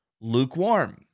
Lukewarm